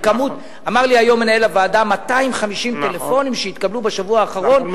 אמר לי היום מנהל הוועדה: 250 טלפונים התקבלו בשבוע האחרון,